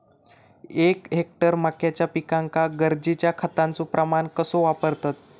एक हेक्टर मक्याच्या पिकांका गरजेच्या खतांचो प्रमाण कसो वापरतत?